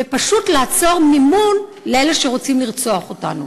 ופשוט לעצור מימון לאלה שרוצים לרצוח אותנו.